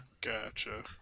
Gotcha